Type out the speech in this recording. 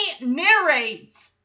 narrates